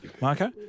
Marco